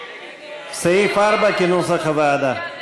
סעיף 4, כהצעת הוועדה,